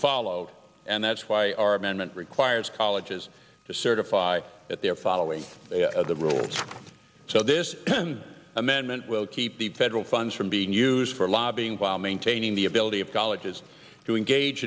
followed and that's why our amendment requires colleges to certify that they are following the rules so this amendment will keep the federal funds from being used for lobbying while maintaining the ability of colleges to engage